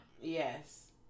Yes